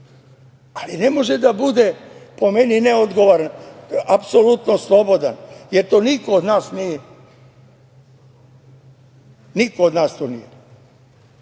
ali ne može da bude po meni neodgovoran, apsolutno slobodan jer to niko od nas nije, niko od nas to nije.